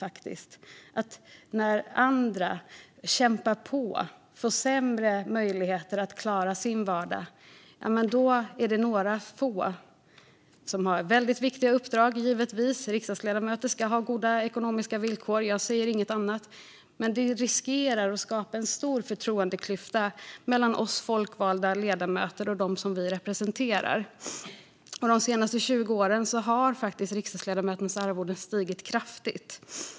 Medan andra kämpar på och får sämre möjligheter att klara sin vardag är det några få, som vi riksdagsledamöter som visserligen har väldigt viktiga uppdrag, som har goda ekonomiska villkor - jag säger inget annat än att riksdagsledamöter ska ha det. Men det riskerar att skapa en stor förtroendeklyfta mellan oss folkvalda ledamöter och dem vi representerar. De senaste 20 åren har riksdagsledamöternas arvoden stigit kraftigt.